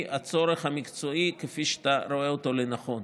הצורך המקצועי כפי שאתה רואה אותו לנכון.